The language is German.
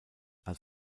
als